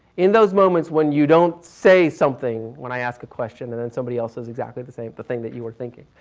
in those moments when you don't say something, when i ask a question, and then somebody else says exactly the same thing that you were thinking.